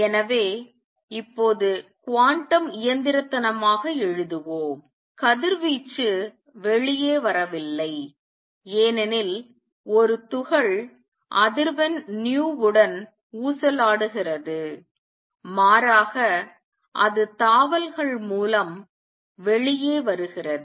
எனவே இப்போது குவாண்டம் இயந்திரத்தனமாக எழுதுவோம் கதிர்வீச்சு வெளியே வரவில்லை ஏனெனில் ஒரு துகள் அதிர்வெண் nuவுடன் ஊசலாடுகிறது மாறாக அது தாவல்கள் மூலம் வெளியே வருகிறது